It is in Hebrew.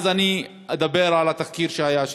ואז אדבר על התחקיר שהיה,